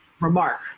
remark